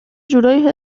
جورایی